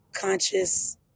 conscious